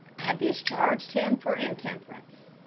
i discharged him for intemperance.